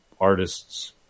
artists